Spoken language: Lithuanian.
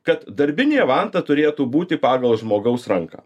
kad darbinė vanta turėtų būti pagal žmogaus ranką